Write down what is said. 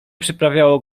przyprawiało